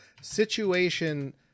situation